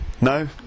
No